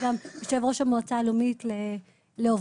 גם יושב ראש המוצעה הלאומי לאובדנות,